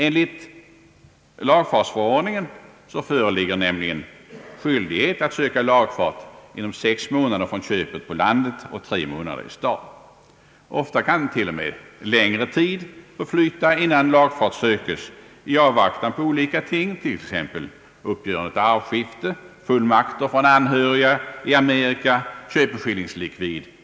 Enligt lagfartsförordningen föreligger nämligen skyldighet att söka lagfart inom sex månader från köpet på landet och tre månader i stad. Ofta kan t.o.m. längre tid förflyta innan lagfart sökes, i avvaktan på olika ting, exempelvis uppgörande av arvskifte, fullmakter från anhöriga i Amerika eller köpeskillingslikvid.